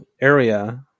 area